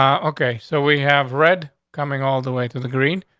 um okay, so we have read coming all the way to the green,